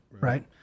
right